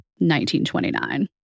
1929